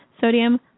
sodium